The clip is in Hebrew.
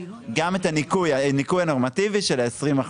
גם את הניכוי הנורמטיבי של ה-20%,